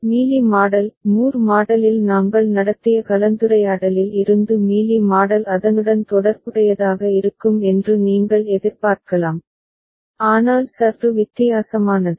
Mealy model Moore மாடலில் நாங்கள் நடத்திய கலந்துரையாடலில் இருந்து மீலி மாடல் அதனுடன் தொடர்புடையதாக இருக்கும் என்று நீங்கள் எதிர்பார்க்கலாம் ஆனால் சற்று வித்தியாசமானது